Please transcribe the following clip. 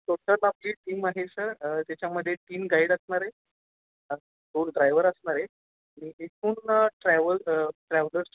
total आपली team आहे sir त्याच्यामध्ये तीन गाईड असणार आहे टूर ड्रायवर असणार आहे आणि इथून ट्रॅव्हल ट्रॅव्हलर्स